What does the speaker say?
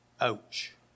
Ouch